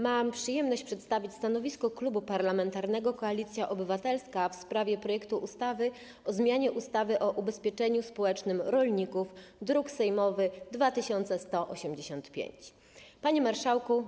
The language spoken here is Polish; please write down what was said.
Mam przyjemność przedstawić stanowisko Klubu Parlamentarnego Koalicja Obywatelska w sprawie projektu ustawy o zmianie ustawy o ubezpieczeniu społecznym rolników, druk sejmowy nr 2185. Panie Marszałku!